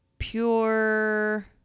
pure